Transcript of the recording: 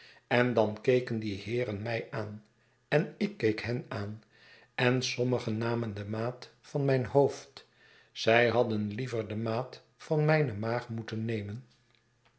en dan keken die heeren mij aan en ik keek hen aan en sommigen namen de maat van mijn hoofd zij hadden liever de maat van mijne maag moeten nemen